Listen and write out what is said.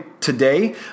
today